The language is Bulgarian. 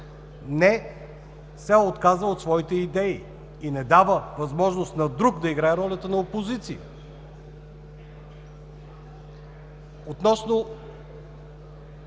не се е отказала от своите идеи и не дава възможност на друг да играе ролята на опозиция. Относно